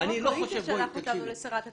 יו"ר הקואליציה שלח אותנו לשרת התרבות,